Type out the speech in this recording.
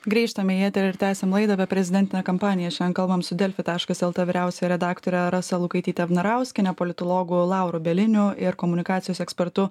grįžtame į eterį ir tęsiam laidą apie prezidentinę kampaniją šiandien kalbam su delfi taškas lt vyriausiąja redaktore rasa lukaityte vnarauskiene politologu lauru bieliniu ir komunikacijos ekspertu